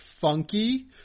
funky